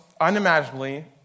unimaginably